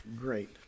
great